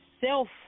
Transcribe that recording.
self